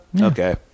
Okay